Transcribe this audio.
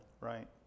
Right